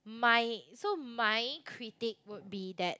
my so my critic would be that